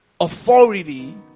authority